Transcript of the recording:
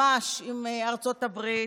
עם ארצות הברית.